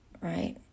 right